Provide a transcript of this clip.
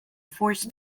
forced